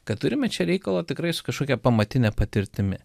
kad turime čia reikalo tikrai su kažkokia pamatinė patirtimi